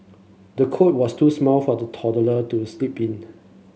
the cot was too small for the toddler to sleep in